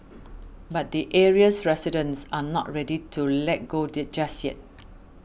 but the area's residents are not ready to let go just yet